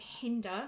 hinder